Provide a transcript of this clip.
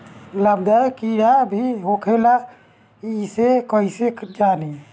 लाभदायक कीड़ा भी होखेला इसे कईसे जानी?